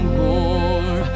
more